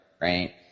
right